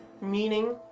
meaning